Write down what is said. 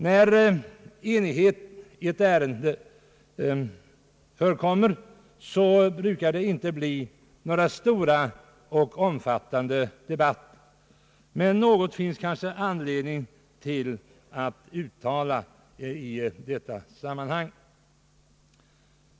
När enighet föreligger i ett ärende, brukar det inte bli någon stor och omfattande debatt, men något finns det kanske anledning att uttala i detta sammanhang.